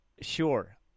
sure